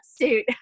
suit